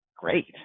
great